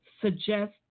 suggest